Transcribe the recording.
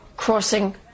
crossing